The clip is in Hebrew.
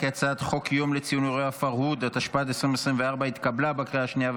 חוק יום לציון אירועי הפרהוד, התשפ"ד 2024, נתקבל.